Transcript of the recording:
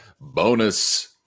bonus